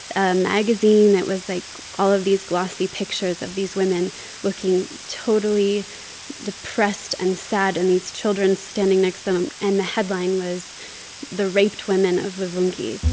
a magazine that was, like, all of these glossy pictures of these women looking totally depressed and sad and these children standing next them. and the headline was the raped women of luvungi.